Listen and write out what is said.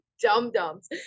dum-dums